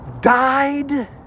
died